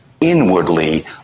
inwardly